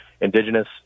Indigenous